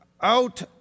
out